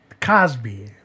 Cosby